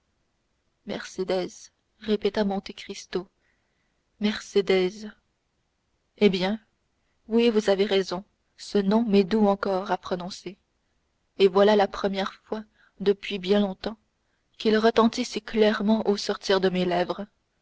mercédès répéta monte cristo mercédès eh bien oui vous avez raison ce nom m'est doux encore à prononcer et voilà la première fois depuis bien longtemps qu'il retentit si clairement au sortir de mes lèvres